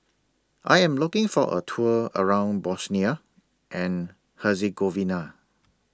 I Am looking For A Tour around Bosnia and Herzegovina